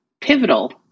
pivotal